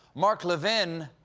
mark levin.